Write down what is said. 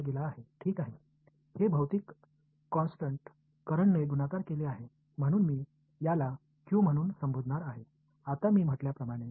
இது மின்னோட்டத்தால் பெருக்கப்படும் பிஸிக்கல் மாறிலி எனவே இதை நான் Q என்று அழைக்கப் போகிறேன்